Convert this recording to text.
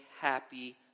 happy